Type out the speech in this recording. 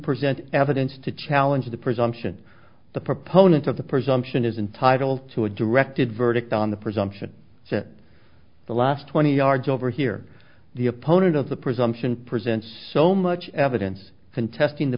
present evidence to challenge the presumption the proponents of the presumption is entitled to a directed verdict on the presumption that the last twenty yards over here the opponent of the presumption present so much evidence contesting the